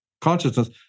consciousness